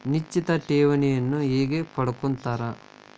ನಿಶ್ಚಿತ್ ಠೇವಣಿನ ಹೆಂಗ ಪಡ್ಕೋತಾರ